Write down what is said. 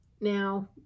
Now